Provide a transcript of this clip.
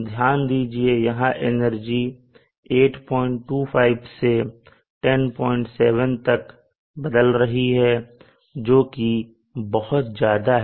ध्यान दीजिए यहां एनर्जी 825 से 107 तक बदल रही है जोकि बहुत ज्यादा है